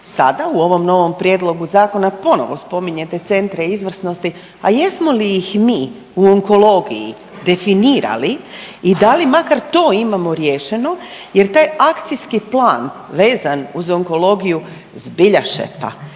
Sada u ovom novom Prijedlogu zakona ponovo spominjete centre izvrsnosti, a jesmo li ih mi u onkologiji definirali i da li makar to imamo riješeno? Jer taj Akcijski plan vezan uz onkologiju zbilja šepa